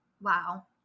Wow